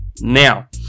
now